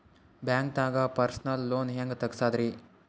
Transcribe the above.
ಬ್ಯಾಂಕ್ದಾಗ personal loan ಹೆಂಗ್ ತಗ್ಸದ್ರಿ?